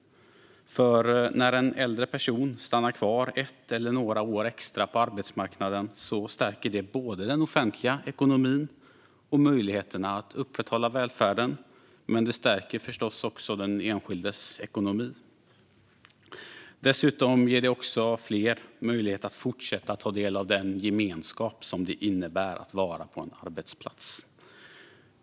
När en äldre person stannar kvar ett eller några år extra på arbetsmarknaden stärker det både den offentliga ekonomin och möjligheterna att upprätthålla välfärden. Men det stärker förstås också den enskildes ekonomi. Dessutom ger det också fler möjlighet att fortsätta att ta del av den gemenskap som det innebär att vara på en arbetsplats.